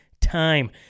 time